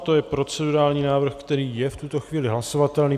To je procedurální návrh, který je v tuto chvíli hlasovatelný.